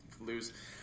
lose